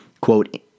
quote